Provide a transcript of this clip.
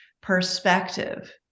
perspective